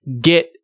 get